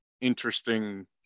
interesting